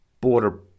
border